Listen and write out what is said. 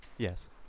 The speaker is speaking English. Yes